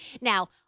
Now